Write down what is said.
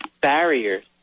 barriers